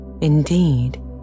indeed